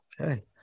Okay